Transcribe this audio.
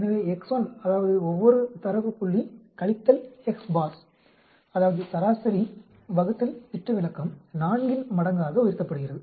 எனவே xI அதாவது ஒவ்வொரு தரவு புள்ளி கழித்தல் அதாவது சராசரி ÷ திட்டவிலக்கம் 4ன் மடங்காக உயர்த்தப்படுகிறது